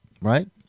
Right